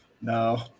No